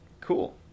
Cool